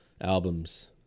Albums